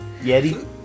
Yeti